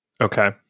Okay